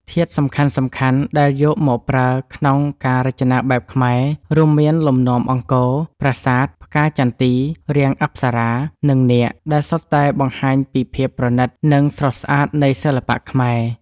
ធាតុសំខាន់ៗដែលយកមកប្រើក្នុងការរចនាបែបខ្មែរ រួមមានលំនាំអង្គរ ប្រាសាទ ផ្កាចន្ទី រាងអប្សរា និងនាគ ដែលសុទ្ធតែបង្ហាញពីភាពប្រណីត និងស្រស់ស្អាតនៃសិល្បៈខ្មែរ។